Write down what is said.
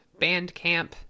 Bandcamp